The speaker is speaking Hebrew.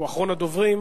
שהוא אחרון הדוברים.